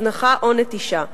הזנחה או נטישה.